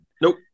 Nope